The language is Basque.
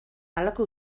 halako